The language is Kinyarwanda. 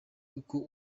uko